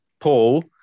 Paul